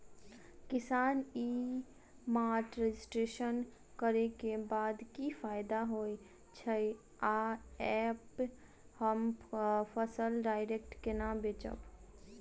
किसान e mart registration करै केँ बाद की फायदा होइ छै आ ऐप हम फसल डायरेक्ट केना बेचब?